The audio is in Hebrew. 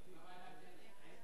הכלכלי והחברתי,